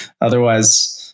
otherwise